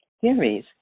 theories